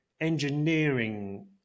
engineering